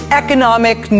economic